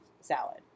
salad